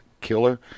Killer